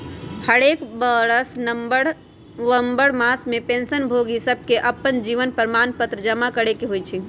हरेक बरस नवंबर मास में पेंशन भोगि सभके अप्पन जीवन प्रमाण पत्र जमा करेके होइ छइ